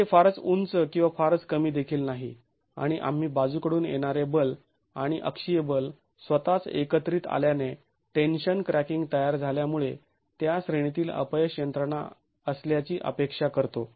ते फारच उंच किंवा फारच कमी देखील नाही आणि आम्ही बाजूकडून येणारे बल आणि अक्षीय बल स्वतःच एकत्रित आल्याने टेन्शन क्रॅकिंग तयार झाल्यामुळे त्या श्रेणीतील अपयश यंत्रणा असल्याची अपेक्षा करतो